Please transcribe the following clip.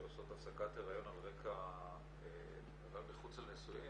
שעושות הפסקת היריון על רקע היריון מחוץ לנישואין